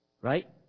Right